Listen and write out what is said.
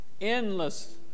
endless